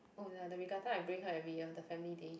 oh ya the Regatta I bring her every year the family day